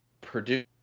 Purdue